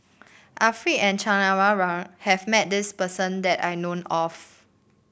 Arifin and Chan Kum Wah Roy has met this person that I know of